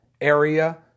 area